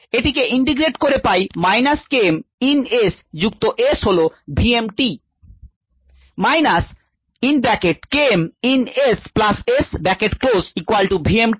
এটিকে ইন্টিগ্রেট করে pi minus K m ln S যুক্ত S হল v m t